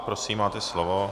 Prosím, máte slovo.